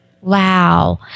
Wow